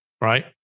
right